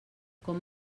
com